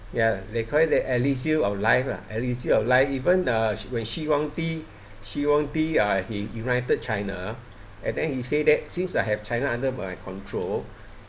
ya they call it elixir of life ah elixir of life even uh when shi huangdi shi huangdi uh he united china and then he say that since I have china under my control